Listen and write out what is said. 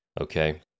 Okay